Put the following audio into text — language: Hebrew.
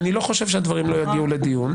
אני לא חושב שהדברים לא יגיעו לדיון.